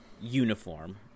uniform